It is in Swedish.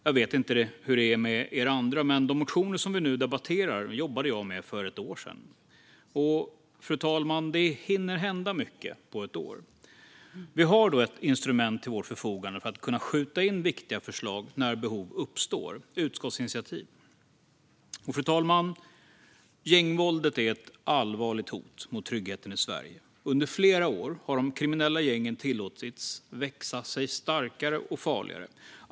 Jag vet inte hur det är med er andra, men de motioner som vi nu debatterar jobbade jag med för ett år sedan. Och, fru talman, det hinner hända mycket på ett år. Vi har ett instrument till vårt förfogande för att kunna skjuta in viktiga förslag när behov uppstår: utskottsinitiativ. Fru talman! Gängvåldet är ett allvarligt hot mot tryggheten i Sverige. Under flera år har de kriminella gängen tillåtits växa sig starkare och farligare.